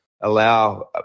allow